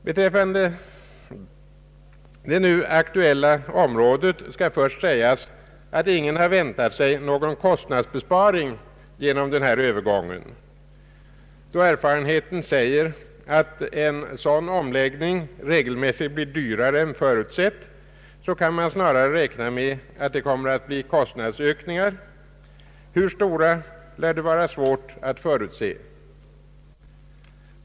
Beträffande det nu aktuella området skall först sägas att ingen har väntat sig någon kostnadsbesparing genom denna övergång. Då erfarenheten säger att en sådan omläggning regelmässigt blir dyrare än förutsett kan man snarare räkna med att det kommer att bli kostnadsökningar — hur stora lär det vara svårt att förutse.